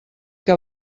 que